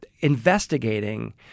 investigating